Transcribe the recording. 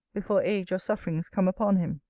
before age or sufferings come upon him.